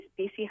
BC